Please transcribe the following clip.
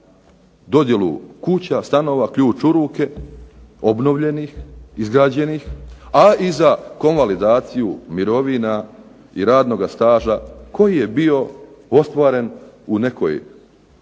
dodjelu kuća, stanova, ključ u ruke, obnovljenih izgrađenih, a i za konvalidaciju i radnog staža koji je bio ostvaren u nekoj paradržavi